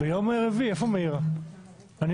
גם